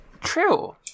True